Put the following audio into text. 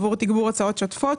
עבור תגבור הוצאות שוטפות,